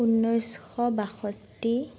ঊনৈছশ বাষষ্ঠি